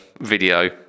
video